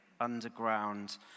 underground